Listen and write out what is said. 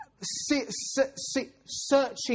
searching